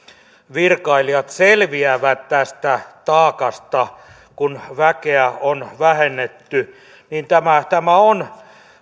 virkailijat selviävät tästä taakasta kun väkeä on vähennetty niin tämä on